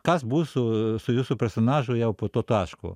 kas bus su su jūsų personažu jau po to taško